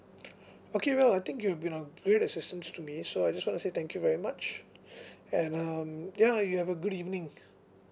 okay well I think you have been a great assistance to me so I just wanna say thank you very much and um ya you have a good evening